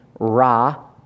Ra